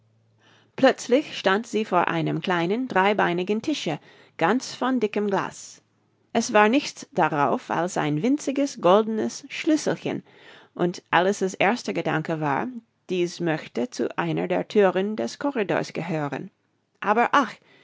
plötzlich stand sie vor einem kleinen dreibeinigen tische ganz von dickem glas es war nichts darauf als ein winziges goldenes schlüsselchen und alice's erster gedanke war dies möchte zu einer der thüren des corridors gehören aber ach